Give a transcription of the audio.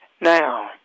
now